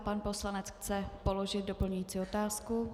Pan poslanec chce položit doplňující otázku.